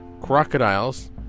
crocodiles